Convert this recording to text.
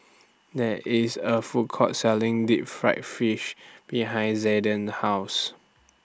There IS A Food Court Selling Deep Fried Fish behind Zaiden's House